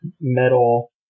metal